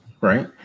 right